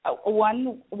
one